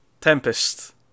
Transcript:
Tempest